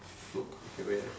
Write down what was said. okay wait